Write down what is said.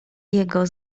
jego